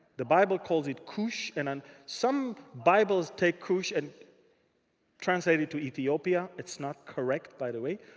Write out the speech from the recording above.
the bible calls it, kush. and and some bibles, take kush and translate it to ethiopia. it's not correct, by the way.